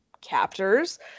captors